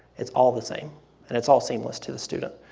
it's all the same and it's all seamless to the student.